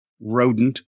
rodent